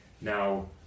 now